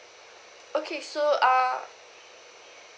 okay so uh